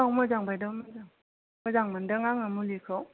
औ मोजां बायद' मोजां मोजां मोनदों आङो मुलिखौ